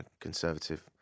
conservative